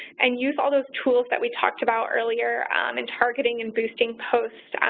and use all those tools that we talked about earlier and targeting and boosting posts,